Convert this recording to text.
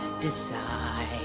decide